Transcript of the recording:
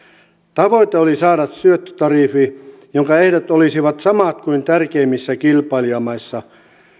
tavoite oli saada syöttötariffi jonka ehdot olisivat samat kuin tärkeimmissä kilpailijamaissa